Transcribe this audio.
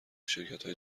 شرکتهای